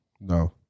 no